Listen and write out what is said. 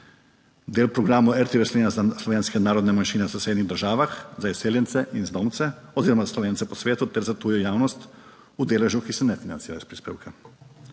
del programov RTV Slovenija za slovenske narodne manjšine v sosednjih državah, za izseljence in zdomce oziroma za Slovence po svetu ter za tujo javnost v deležu, ki se ne financirajo iz prispevka,